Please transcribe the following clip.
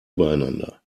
übereinander